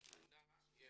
רחוב סהרון 8/8. מתי?